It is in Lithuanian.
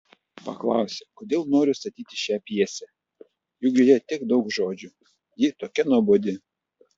paklausė kodėl noriu statyti šią pjesę juk joje tiek daug žodžių ji tokia nuobodi